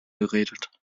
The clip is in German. geredet